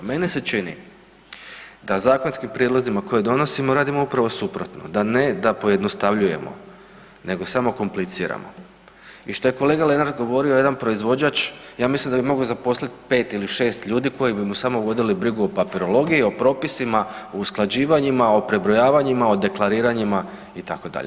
Meni se čini da zakonski prijedlozima koje donosimo, radimo upravo suprotno, da ne da pojednostavljujemo, nego samo kompliciramo i što je kolega Lenart govorio, jedan proizvođač ja mislim da bi mogao zaposliti 5 ili 6 ljudi koji bi mu samo vodili brigu o papirologiji, o propisima, o usklađivanjima, o prebrojavanjima, o deklariranjima, itd.